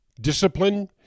Discipline